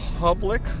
public